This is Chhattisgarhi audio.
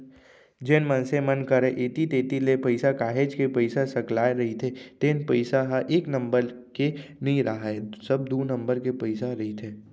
जेन मनसे मन करा ऐती तेती ले काहेच के पइसा सकलाय रहिथे तेन पइसा ह एक नंबर के नइ राहय सब दू नंबर के पइसा रहिथे